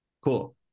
Cool